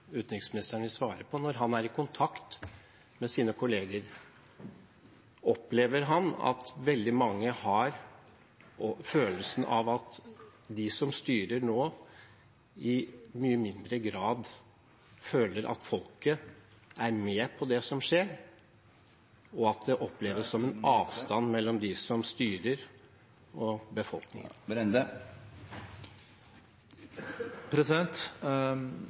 utenriksministeren vil svare på – er: Når han er i kontakt med sine kolleger, opplever han at veldig mange har følelsen av at de som styrer nå, i mye mindre grad føler at folket er med på det som skjer, og at det oppleves som en avstand mellom dem som styrer, og